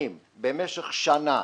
פיגומים במשך שנה,